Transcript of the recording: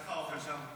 איך האוכל שם?